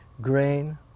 grain